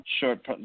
short